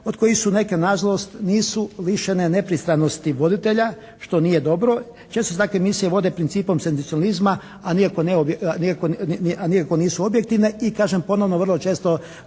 od kojih su neke na žalost nisu lišene nepristranosti voditelja što nije dobro. Često se takve emisije vode principom senzacionalizma, a nikako nisu objektivne i kažem ponovno vrlo često